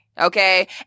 Okay